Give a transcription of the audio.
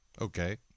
Okay